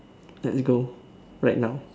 let's go right now